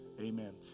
amen